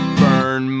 burn